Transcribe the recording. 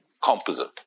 composite